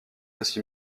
aussi